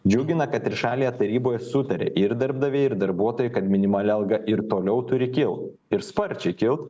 džiugina kad trišalėje taryboje sutarė ir darbdaviai ir darbuotojai kad minimali alga ir toliau turi kilt ir sparčiai kilt